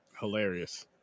Hilarious